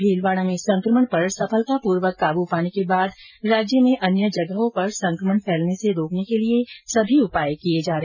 भीलवाड़ा में संक्रमण पर सफलतापूर्वक काबू पाने के बाद राज्य के अन्य जगहों पर संक्रमण फैलने से रोकने के लिए सभी उपाय किए जा रहे हैं